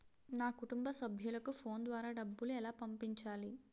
నా కుటుంబ సభ్యులకు ఫోన్ ద్వారా డబ్బులు ఎలా పంపించాలి?